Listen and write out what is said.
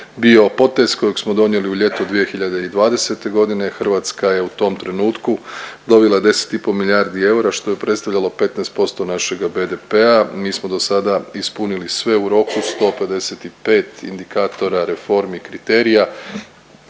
bio potez koje smo donijeli u ljetu 2020. godine. Hrvatska je u tom trenutku dobila 10,5 milijardi eura, što je predstavljalo 15% našega BDP-a. Mi smo do sada ispunili sve u roku, 155 indikatora, reformi, kriterija.